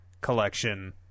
collection